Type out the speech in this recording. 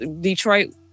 Detroit